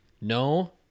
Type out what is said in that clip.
no